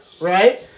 right